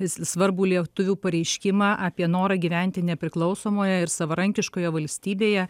svarbų lietuvių pareiškimą apie norą gyventi nepriklausomoje ir savarankiškoje valstybėje